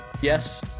Yes